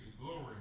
glory